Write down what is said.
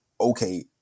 Okay